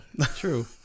True